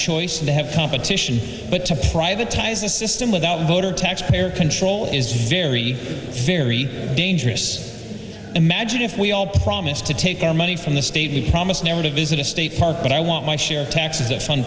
choice and they have competition but to privatized the system without voter taxpayer control is very very dangerous imagine if we all promise to take our money from the state we promise never to visit a state park but i want my share of taxes to fun